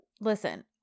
Listen